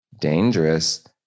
dangerous